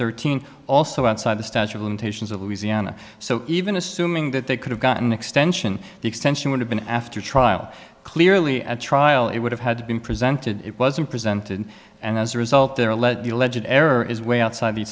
thirteen also outside the statute of limitations of louisiana so even assuming that they could have gotten extension the extension would have been after trial clearly at trial it would have had been presented it wasn't presented and as a result there let the alleged error is way outside the